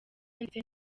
ndetse